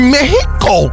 Mexico